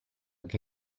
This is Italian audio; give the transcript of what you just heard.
che